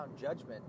judgment